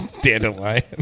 dandelion